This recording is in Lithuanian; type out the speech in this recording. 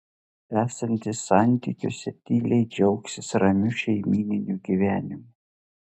esantys santykiuose tyliai džiaugsis ramiu šeimyniniu gyvenimu